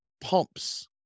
pumps